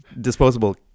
disposable